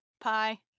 pie